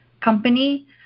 company